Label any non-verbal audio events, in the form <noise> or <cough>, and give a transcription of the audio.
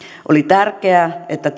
oli tärkeää että <unintelligible>